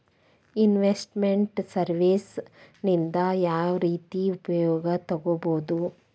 Invest made services ನಿಂದಾ ಯಾವ್ರೇತಿ ಉಪಯೊಗ ತಗೊಬೊದು?